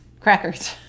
crackers